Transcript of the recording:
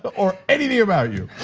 but or anything about you.